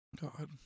God